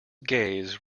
gaze